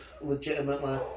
legitimately